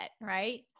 right